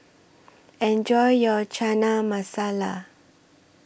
Enjoy your Chana Masala